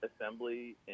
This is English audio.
assembly